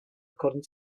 according